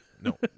No